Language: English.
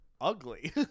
ugly